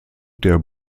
der